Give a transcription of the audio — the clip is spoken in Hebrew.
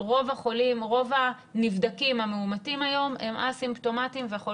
רוב הנבדקים המאומתים היום הם א-סימפטומטיים ויכול